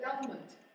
government